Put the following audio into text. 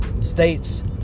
states